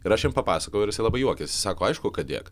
ir aš jam papasakojau ir jisai labai juokėsi sako aišku kad dėk